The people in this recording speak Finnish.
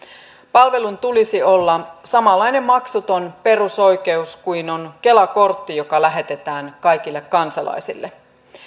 palvelun tulisi olla samanlainen maksuton perusoikeus kuin on kela kortti joka lähetetään kaikille kansalaisille